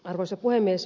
arvoisa puhemies